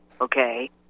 okay